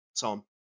Tom